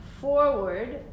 forward